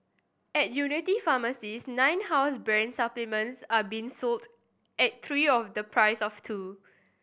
at Unity pharmacies nine house brand supplements are being sold at three of the price of two